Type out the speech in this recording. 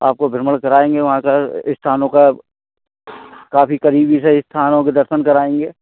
आपको भ्रमण कराएंगे वहाँ का स्थानों का काफी क़रीब से स्थानों के दर्शन कराएंगे